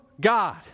God